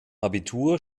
abitur